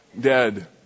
Dead